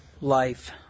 life